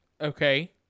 okay